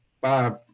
five